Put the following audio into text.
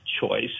choice